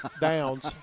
downs